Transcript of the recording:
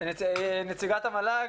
נציגת המל"ג,